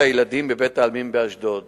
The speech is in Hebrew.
בבית-העלמין באשדוד